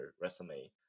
resume